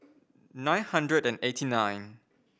nine hundred and eighty nine